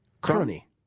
Crony